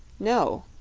no,